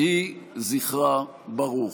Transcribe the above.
יהי זכרה ברוך.